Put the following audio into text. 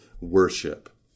worship